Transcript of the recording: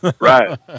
Right